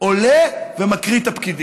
הוא שנים לא עולה לכאן בלי טקסט.